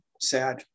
sad